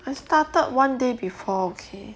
I started one day before okay